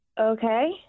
Okay